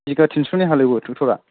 बिगा टिनस'नि हालेवो ट्रेक्टरा